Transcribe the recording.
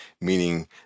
meaning